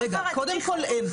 קודם כל אין.